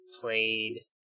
played